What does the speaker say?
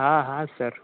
હા હા સર